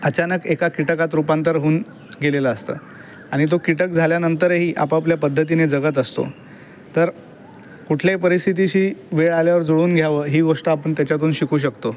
अचानक एका कीटकात रूपांतर होऊन गेलेलं असतं आणि तो कीटक झाल्यानंतरही आपापल्या पद्धतीने जगत असतो तर कुठल्याही परिस्थितीशी वेळ आल्यावर जुळून घ्यावं ही गोष्ट आपण त्याच्याकडून शिकू शकतो